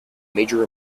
major